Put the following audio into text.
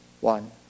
one